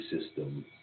system